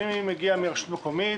אני מגיע מרשות מקומית